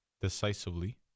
decisively